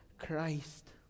Christ